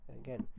Again